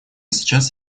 сейчас